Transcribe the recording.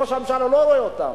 ראש הממשלה לא רואה אותם.